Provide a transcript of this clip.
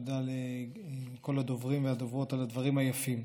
תודה לכל הדוברים והדוברות על הדברים היפים.